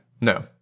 No